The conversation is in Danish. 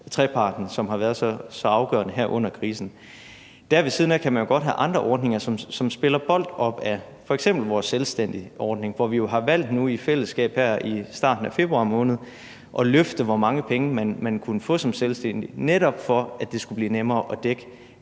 som har været så afgørende her under krisen. Ved siden af den kan man jo godt have andre ordninger, som spiller bold op ad den, f.eks. vores selvstændigeordning, hvor vi jo har valgt i fællesskab nu her i starten af februar måned at løfte, hvor mange penge man kunne få som selvstændig – netop for at det skulle blive nemmere at dække